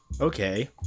okay